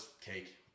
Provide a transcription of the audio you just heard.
cake